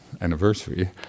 anniversary